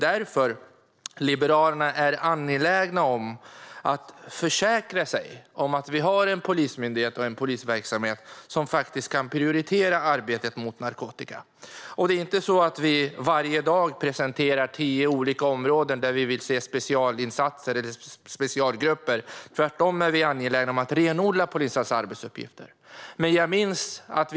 Därför vill Liberalerna försäkra sig om att Sverige har en polismyndighet och polisverksamhet som prioriterar arbetet mot narkotika. Vi presenterar inte dagligen tio olika områden där vi vill se specialinsatser och specialgrupper. Tvärtom är vi angelägna om att renodla polisens arbetsuppgifter. Fru ålderspresident!